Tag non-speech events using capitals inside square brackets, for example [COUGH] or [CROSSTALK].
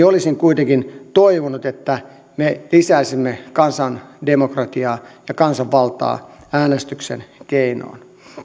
[UNINTELLIGIBLE] olisin kuitenkin toivonut että me lisäisimme kansandemokratiaa ja kansanvaltaa äänestyksen keinoin